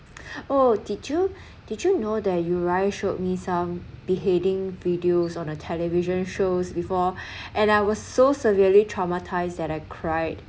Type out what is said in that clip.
oh did you did you know that you wai showed me some beheading videos on a television shows before and I was so severely traumatized that I cried